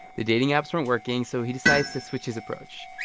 the dating apps weren't working. so he decides to switch his approach.